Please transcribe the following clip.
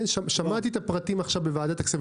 כן, שמעתי את הפרטים עכשיו בוועדת הכספים.